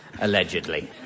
Allegedly